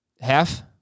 Half